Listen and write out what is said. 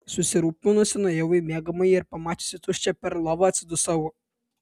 susirūpinusi nuėjau į miegamąjį ir pamačiusi tuščią perl lovą atsidusau